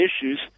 issues